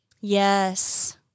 Yes